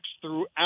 throughout